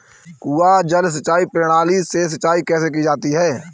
कुआँ जल सिंचाई प्रणाली से सिंचाई कैसे की जाती है?